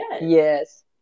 Yes